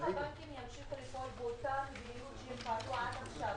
אם הבנקים ימשיכו לפעול באותה מדיניות שהם פעלו בה עד עכשיו